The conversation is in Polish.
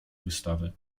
wystawy